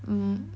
um